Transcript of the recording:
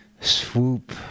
Swoop